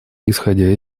исходя